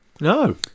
No